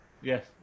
Yes